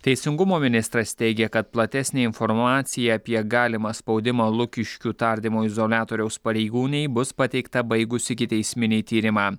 teisingumo ministras teigia kad platesnė informacija apie galimą spaudimą lukiškių tardymo izoliatoriaus pareigūnei bus pateikta baigus ikiteisminį tyrimą